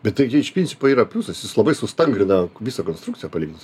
bet taigi iš principo yra pliusas jis labai sustangrina visą konstrukciją palyginus